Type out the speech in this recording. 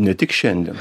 ne tik šiandien